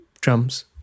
drums